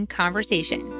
conversation